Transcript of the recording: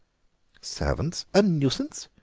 servants a nuisance!